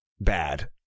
Bad